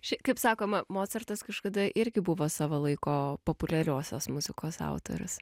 šiaip kaip sakoma mocartas kažkada irgi buvo savo laiko populiariosios muzikos autorius